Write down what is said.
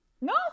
No